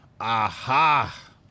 Aha